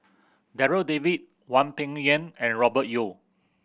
Darryl David Hwang Peng Yuan and Robert Yeo